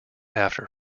after